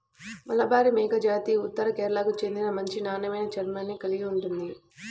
మలబారి మేకజాతి ఉత్తర కేరళకు చెందిన మంచి నాణ్యమైన చర్మాన్ని కలిగి ఉంటుంది